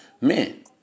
men